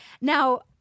Now